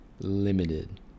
limited